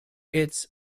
its